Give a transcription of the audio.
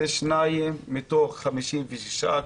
זה שניים מתוך 56,